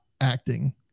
acting